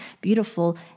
beautiful